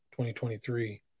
2023